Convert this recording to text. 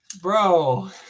bro